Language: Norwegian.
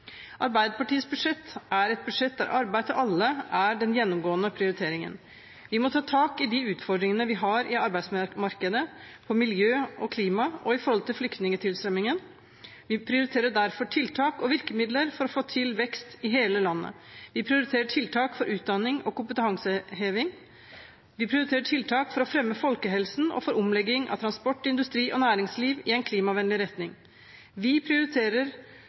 Arbeiderpartiets budsjett er et budsjett der arbeid til alle er den gjennomgående prioriteringen. Vi må ta tak i de utfordringene vi har i arbeidsmarkedet, innen miljø og klima og med flyktningtilstrømmingen. Vi prioriterer derfor tiltak og virkemidler for å få til vekst i hele landet. Vi prioriterer tiltak for utdanning og kompetanseheving. Vi prioriterer tiltak for å fremme folkehelsen og for omlegging av transport, industri og næringsliv i en klimavennlig retning. Vi prioriterer